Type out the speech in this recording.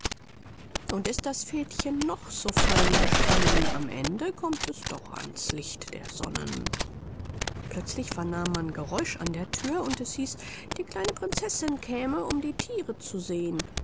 und ist das fädchen noch so fein gesponnen am ende kommt es doch ans licht der sonnen plötzlich vernahm man geräusch an der thür und es hieß die kleine prinzessin käme um die thiere zu sehen